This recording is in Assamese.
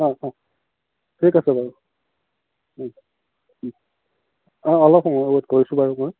অঁ অঁ ঠিক আছে বাৰু অঁ অলপ সময় ৱে'ট কৰিছো বাৰু মই